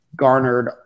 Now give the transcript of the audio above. garnered